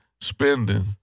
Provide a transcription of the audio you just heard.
spending